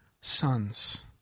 sons